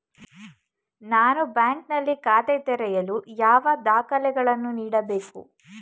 ನಾನು ಬ್ಯಾಂಕ್ ನಲ್ಲಿ ಖಾತೆ ತೆರೆಯಲು ಯಾವ ದಾಖಲೆಗಳನ್ನು ನೀಡಬೇಕು?